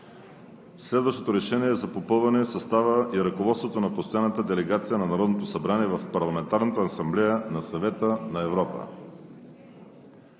Следващото „РЕШЕНИЕ за попълване състава и ръководството на постоянната делегация на Народното събрание в Парламентарната асамблея на Съвета на Европа